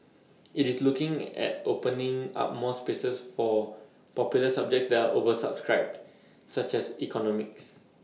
IT is looking at opening up more places for popular subjects that are oversubscribed such as economics